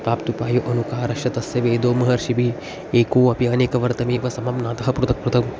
प्राप्त्युपायोऽनुकारश्च तस्य वेदो महर्षिभिः एको अपि अनेकवर्त्मेव समाम्नातः पृथक्पृथक्